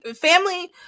family